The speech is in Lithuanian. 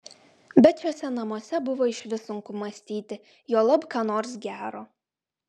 bet šiuose namuose buvo išvis sunku mąstyti juolab ką nors gero